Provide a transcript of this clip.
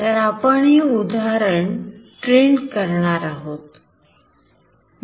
तर आपण हे उदाहरण प्रिंट करणार आहोत